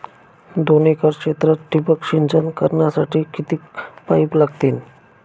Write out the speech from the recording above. दोन एकर क्षेत्रात ठिबक सिंचन करण्यासाठी किती पाईप लागतील?